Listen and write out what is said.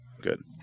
Good